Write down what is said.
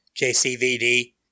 JCVD